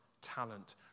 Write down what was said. talent